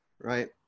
Right